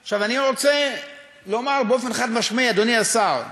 עכשיו, אני רוצה לומר באופן חד-משמעי, אדוני השר,